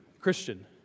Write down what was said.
Christian